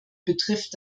betrifft